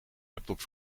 laptop